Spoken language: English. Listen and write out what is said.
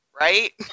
right